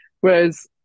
whereas